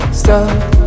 stop